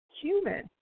human